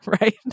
right